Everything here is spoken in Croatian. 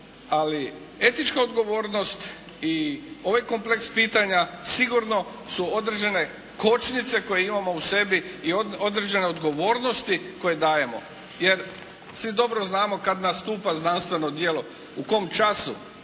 Ali etička odgovornost i ovaj kompleks pitanja sigurno su određene kočnice koje imamo u sebi i određene odgovornosti koje dajemo. Jer svi dobro znamo kada nastupa znanstveno djelo u kom času,